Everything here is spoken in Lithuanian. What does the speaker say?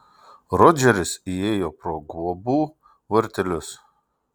rodžeris įėjo pro guobų vartelius